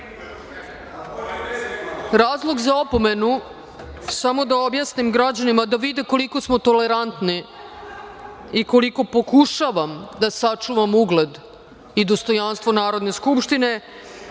109.Razlog za opomenu, samo da objasnim građanima da vide koliko smo tolerantni i koliko pokušavam da sačuvam ugled i dostojanstvo Narodne skupštine,